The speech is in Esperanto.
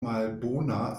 malbona